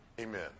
Amen